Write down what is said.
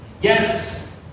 Yes